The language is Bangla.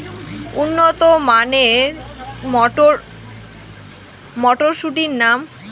উন্নত মানের মটর মটরশুটির নাম?